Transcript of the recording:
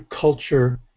culture